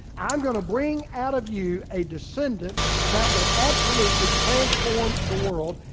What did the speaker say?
i'm gonna bring out of you a descendant that will absolutely transform the world.